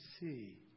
see